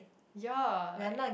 ya like